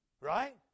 Right